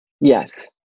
Yes